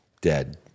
Dead